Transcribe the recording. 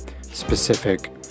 specific